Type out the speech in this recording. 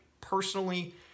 personally